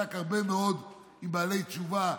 שעסק הרבה מאוד עם בעלי תשובה,